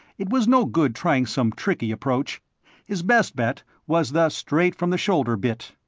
it was no good trying some tricky approach his best bet was the straight-from-the-shoulder bit.